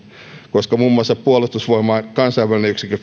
koska muun muassa puolustusvoimain kansainvälinen yksikkö